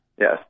Yes